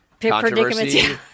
controversy